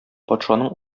патшаның